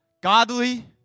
Godly